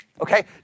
Okay